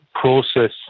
process